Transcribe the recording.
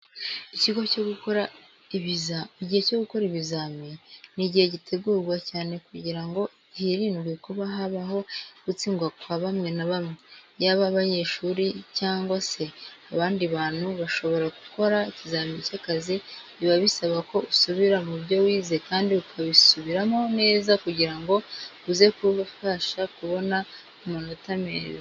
Igihe cyo gukora ibizamini ni igihe gitegurwa cyane kugira ngo hirindwe kuba habaho gutsindwa kwa bamwe na bamwe. Yaba abanyeshuri cyangwa se abandi bantu bashobora gukora ikizamini cy'akazi biba bisaba ko usubira mu byo wize kandi ukabisubiramo neza kugira ngo uze kubasha kubona amanota meza.